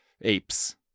Apes